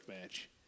match